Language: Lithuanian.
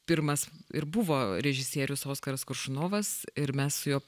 pirmas ir buvo režisierius oskaras koršunovas ir mes su juo